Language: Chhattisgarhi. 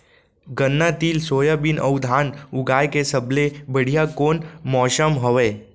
गन्ना, तिल, सोयाबीन अऊ धान उगाए के सबले बढ़िया कोन मौसम हवये?